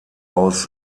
aus